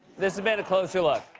this has been a closer look.